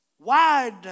wide